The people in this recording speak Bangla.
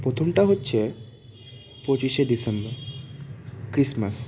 প্রথমটা হচ্ছে পঁচিশে ডিসেম্বর ক্রিসমাস